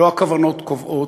לא הכוונות קובעות,